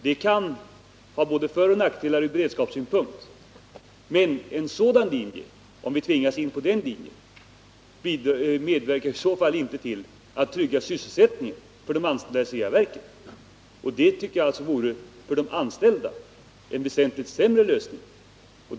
Det kan från beredskapssynpunkt ha både föroch nackdelar, men om vi tvingas in på en sådan linje bidrar detta i så fall inte till att trygga sysselsättningen för de anställda i Ceaverken, och det vore en för de anställda väsentligt sämre lösning.